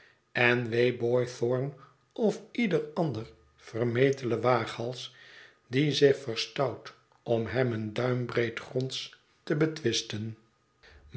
en wee boythorn of ieder ander vermetelen waaghals die zich verstout om hem een duimbreed gronds te betwisten